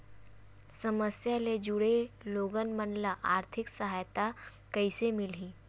समस्या ले जुड़े लोगन मन ल आर्थिक सहायता कइसे मिलही?